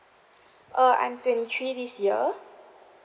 uh I'm twenty three this year